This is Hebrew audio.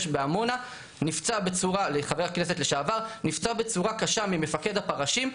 בעמונה נפצע בצורה קשה ממפקד הפרשים,